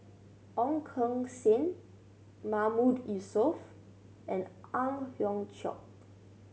Ong Keng Sen Mahmood Yusof and Ang Hiong Chiok